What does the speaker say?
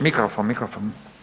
Mikrofon, mikrofon.